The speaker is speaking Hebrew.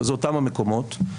זה אותם מקומות,